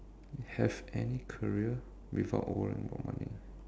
have any career without worrying about money